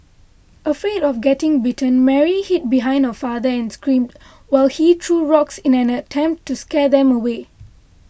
afraid of getting bitten Mary hid behind her father and screamed while he threw rocks in an attempt to scare them away